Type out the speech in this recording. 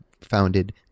founded